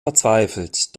verzweifelt